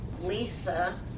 Lisa